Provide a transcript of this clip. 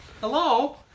Hello